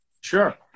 Sure